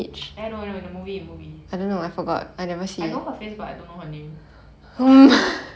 I know I know the movie the movie I know her face but I don't know her name